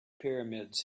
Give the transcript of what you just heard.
pyramids